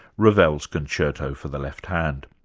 ravel's concerto for the left hand.